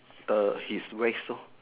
the his waist lor